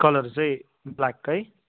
colour चाहिँ black है